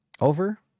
over